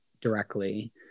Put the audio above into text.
directly